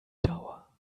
dauer